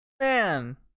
Man